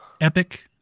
epic